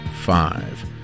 five